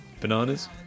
Bananas